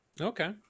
Okay